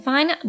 Fine